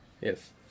yes